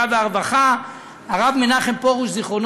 אוכלוסייה, שתי הקבוצות הללו